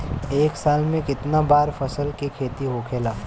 एक साल में कितना बार फसल के खेती होखेला?